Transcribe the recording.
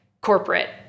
corporate